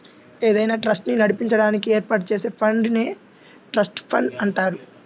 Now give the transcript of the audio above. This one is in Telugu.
ఏదైనా ట్రస్ట్ ని నడిపించడానికి ఏర్పాటు చేసే ఫండ్ నే ట్రస్ట్ ఫండ్ అంటారు